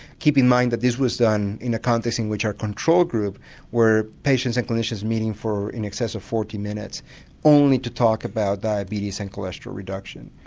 keep in mind that this was done in a context in which our control group were patients and clinicians meeting for in excess of forty minutes only to talk about diabetes and cholesterol reduction.